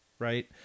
Right